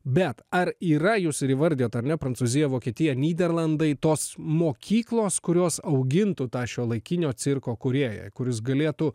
bet ar yra jūs ir įvardijot ar ne prancūzija vokietija nyderlandai tos mokyklos kurios augintų tą šiuolaikinio cirko kūrėją kuris galėtų